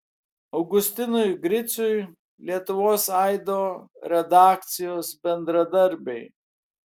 augustinui griciui lietuvos aido redakcijos bendradarbiai